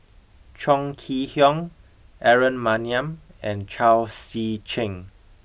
Chong Kee Hiong Aaron Maniam and Chao Tzee Cheng